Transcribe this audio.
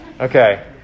okay